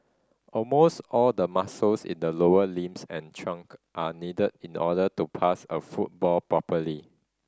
almost all the muscles in the lower limbs and trunk are needed in the order to pass a football properly